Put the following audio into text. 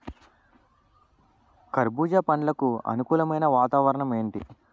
కర్బుజ పండ్లకు అనుకూలమైన వాతావరణం ఏంటి?